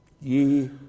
ye